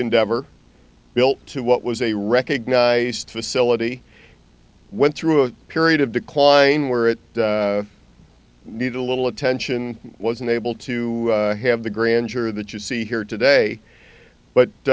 endeavor built to what was a recognized facility went through a period of decline where it needed a little attention was unable to have the grand tour that you see here today but